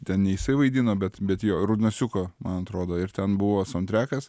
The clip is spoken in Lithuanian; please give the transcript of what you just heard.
ten ne jisai vaidino bet bet jo rudnosiuką man atrodo ir ten buvo sountrekas